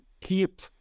keep